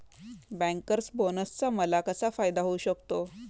Bankers बोनसचा मला कसा फायदा होऊ शकतो?